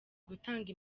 gutanga